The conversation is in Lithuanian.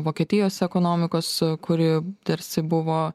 vokietijos ekonomikos kuri tarsi buvo